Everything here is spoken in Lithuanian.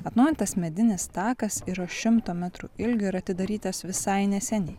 atnaujintas medinis takas yra šimto metrų ilgio ir atidarytas visai neseniai